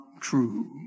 true